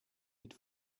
mit